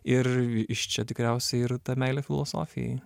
ir iš čia tikriausiai ir ta meilė filosofijai